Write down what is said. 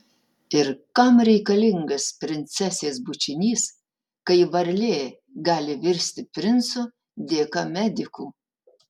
ir kam reikalingas princesės bučinys kai varlė gali virsti princu dėka medikų